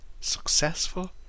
successful